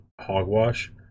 hogwash